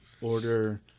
order